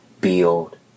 build